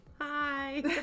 Hi